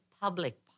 public